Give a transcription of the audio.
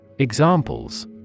Examples